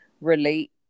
relate